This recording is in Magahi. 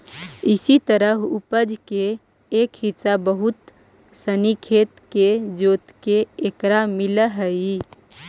इसी तरह उपज के एक हिस्सा बहुत सनी खेत के जोतके एकरा मिलऽ हइ